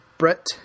Brett